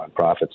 nonprofits